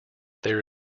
there